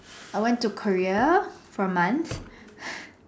I went to Korea for months